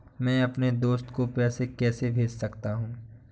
मैं अपने दोस्त को पैसे कैसे भेज सकता हूँ?